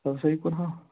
تَلہٕ سا یہِ کُن ہاو